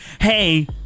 hey